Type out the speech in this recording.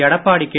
Edappadi K